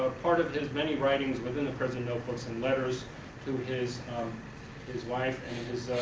ah part of his many writings within the prison notebooks and letters to his his wife